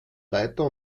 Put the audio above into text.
reiter